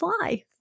life